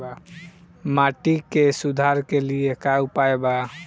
माटी के सुधार के लिए का उपाय बा?